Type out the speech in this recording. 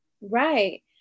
right